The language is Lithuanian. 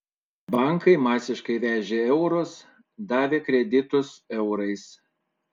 bankai masiškai vežė eurus davė kreditus eurais